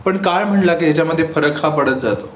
पण काळ म्हटला की याच्यामध्ये फरक हा पडत जातो